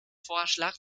vorschlag